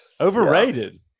Overrated